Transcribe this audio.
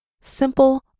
Simple